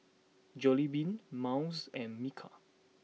Jollibean Miles and Bika